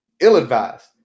Ill-advised